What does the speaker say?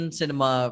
cinema